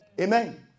Amen